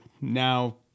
now